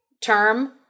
term